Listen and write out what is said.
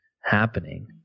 happening